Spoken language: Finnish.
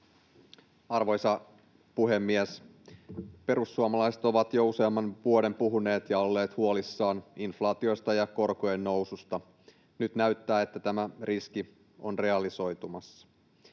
Arvoisa puhemies! Perussuomalaiset ovat jo useamman vuoden puhuneet ja olleet huolissaan inflaatiosta ja korkojen noususta. Nyt näyttää, että tämä riski on realisoitumassa.